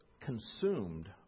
consumed